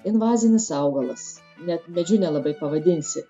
invazinis augalas net medžiu nelabai pavadinsi